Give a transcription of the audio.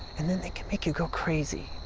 and then they can make you go crazy.